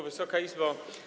Wysoka Izbo!